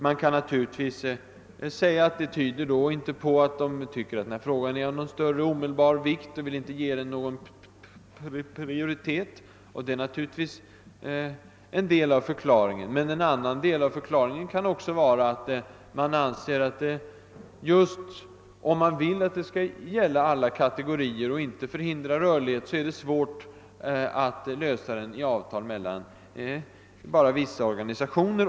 Man kan naturligtvis tyda detta som att de inte anser frågan vara av så stor angelägenhet att de vill ge den prioritet, och detta är säkert en del av förklaringen. En annan del av förklaringen kan vara att om man vill att alla kategorier skall innefattas, och rörligheten inte förhindras, är det svårt att lösa frågan genom avtal endast mellan vissa organisationer.